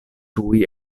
tuj